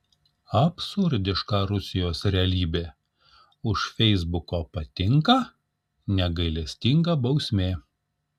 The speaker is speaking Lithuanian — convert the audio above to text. absurdiška rusijos realybė už feisbuko patinka negailestinga bausmė